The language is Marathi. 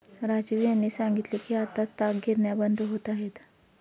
राजीव यांनी सांगितले की आता ताग गिरण्या बंद होत आहेत